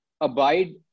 abide